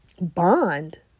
bond